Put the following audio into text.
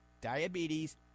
diabetes